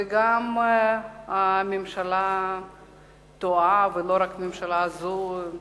וגם הממשלה טועה, ולא רק הממשלה הזו,